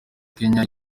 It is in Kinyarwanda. kenya